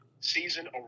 Season